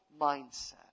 mindset